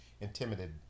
intimidated